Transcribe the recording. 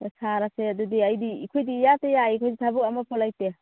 ꯍꯣꯏ ꯁꯥꯔꯦꯁꯦ ꯑꯗꯨꯗꯤ ꯑꯩꯗꯤ ꯑꯩꯈꯣꯏꯗꯤ ꯏꯌꯥꯇ ꯌꯥꯏ ꯑꯩꯈꯣꯏꯗꯤ ꯊꯕꯛ ꯑꯃꯐꯥꯎ ꯂꯩꯇꯦ